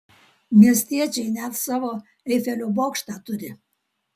miestiečiai net savo eifelio bokštą turi